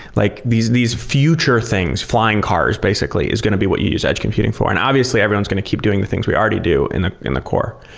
like these these future things, flying cars, basically, is going to be what is edge computing for. and obviously, everyone's going to keep doing the things we already do in the in the core.